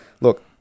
look